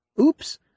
Oops